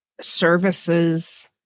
services